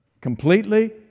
Completely